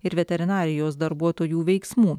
ir veterinarijos darbuotojų veiksmų